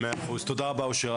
100% תודה רבה אושר.